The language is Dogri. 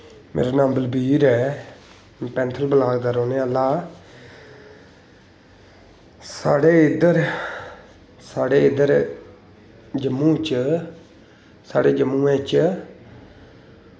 मेरा नांऽ बलबीर ऐ मैं पैंथल ब्लाक दा रौह्ने आह्लां साढ़े इद्धर साढ़े इद्धर जम्मू च साढ़े जम्मू च